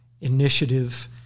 initiative